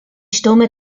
stürme